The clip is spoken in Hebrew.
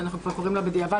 שאנחנו כבר קוראים לה בדיעבד,